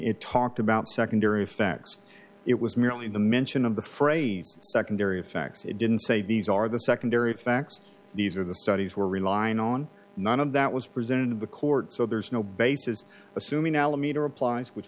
it talked about secondary facts it was merely the mention of the phrase secondary objects it didn't say these are the secondary facts these are the studies we're relying on none of that was presented to the court so there's no basis assuming alameda replies which